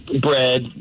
bread